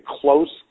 close